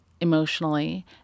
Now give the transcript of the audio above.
Emotionally